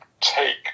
take